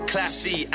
Classy